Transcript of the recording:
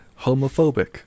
homophobic